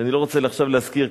שאני לא רוצה עכשיו להזכיר,